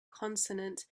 consonant